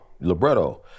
Libretto